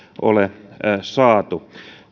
ole saatu